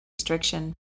restriction